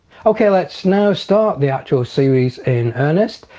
okay let's now start the actual series in earnest.